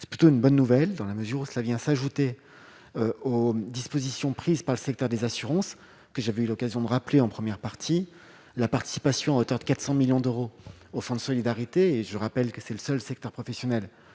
c'est plutôt une bonne nouvelle dans la mesure où cela vient s'ajouter aux dispositions prises par le secteur des assurances que j'avais eu l'occasion de rappeler en première partie, la participation à hauteur de 400 millions d'euros au fonds de solidarité et je rappelle que c'est le seul secteur professionnel